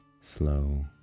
slow